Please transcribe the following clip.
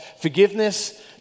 forgiveness